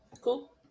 Cool